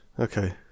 okay